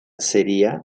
sería